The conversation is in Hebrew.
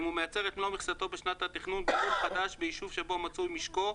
אם הוא מייצר את מלוא מכסתו בשנת התכנון בלול חדש ביישוב שבו מצוי משקו,